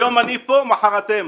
היום אני פה, מחר אתם.